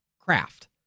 craft